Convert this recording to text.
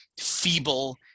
feeble